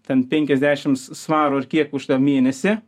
ten penkiasdešim svarų ar kiek už tą mėnesį